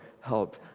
help